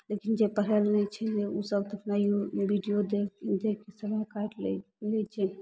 लेकिन जे पढ़ल नहि छै ओसब तऽ अपना विडियो देख देख कऽ समय काटि लै छै